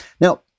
Now